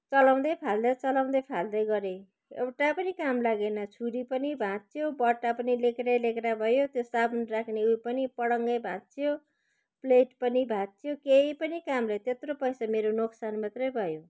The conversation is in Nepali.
चलाउँदै फाल्दै चलाउँदै फाल्दै गरेँ एउटा पनि काम लागेन छुरी पनि भाँच्चियो बट्टा पनि लेघ्रै लेघ्रा भयो त्यो साबुन राख्ने उयो पनि पड्याङै भाँच्चियो प्लेट पनि भाँच्चियो केही पनि काम रहेन त्यत्रो पैसा मेरो नोक्सान मात्रै भयो